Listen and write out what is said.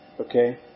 okay